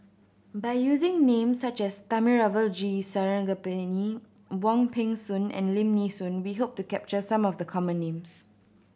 by using names such as Thamizhavel G Sarangapani Wong Peng Soon and Lim Nee Soon we hope to capture some of the common names